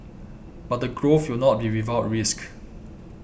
but the growth will not be without risk